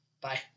Bye